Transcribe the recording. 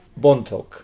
Bontok